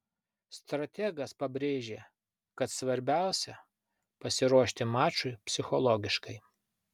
strategas pabrėžė kad svarbiausia pasiruošti mačui psichologiškai